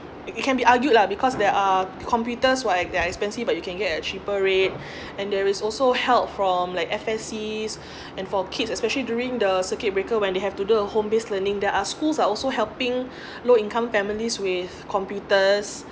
it can be argued lah because there are computers [what] they're expensive but you can get a cheaper rate and there is also help from like F_S_Cs and for kids especially during the circuit breaker when you have to do a home base learning there are schools are also helping low income families with computers